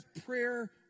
prayer